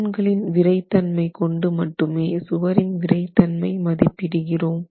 தூண்களின் விறைத்தன்மை கொண்டு மட்டுமே சுவரின் விறைத்தன்மை மதிப்பிடுகிறோம்